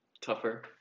Tougher